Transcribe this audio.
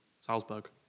Salzburg